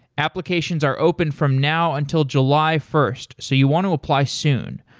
applications are open from now until july first, so you want to apply soon.